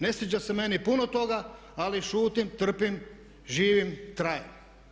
Ne sviđa se meni puno toga ali šutim, trpim, živim, trajem.